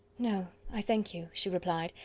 no, i thank you, she replied,